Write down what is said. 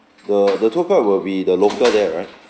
the the tour guide will be the local there right